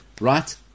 Right